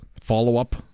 Follow-up